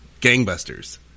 Gangbusters